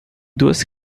duas